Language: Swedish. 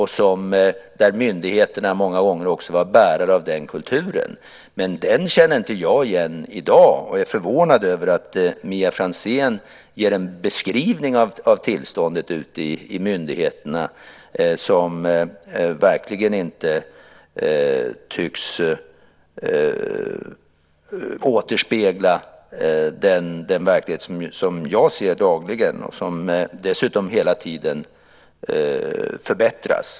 Där var myndigheterna också många gånger bärare av den kulturen. Jag känner inte igen den i dag. Jag är förvånad över att Mia Franzén ger en beskrivning av tillståndet ute i myndigheterna som verkligen inte tycks återspegla den verklighet som jag ser dagligen. Den förbättras dessutom hela tiden.